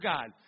God